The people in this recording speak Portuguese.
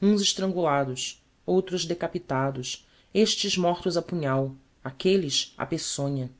uns estrangulados outros decapitados estes mortos a punhal aquelles a peçonha